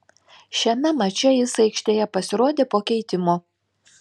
šiame mače jis aikštėje pasirodė po keitimo